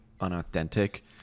unauthentic